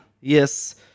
Yes